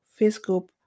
Facebook